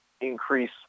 increase